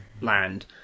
land